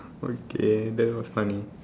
okay that was funny